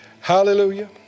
hallelujah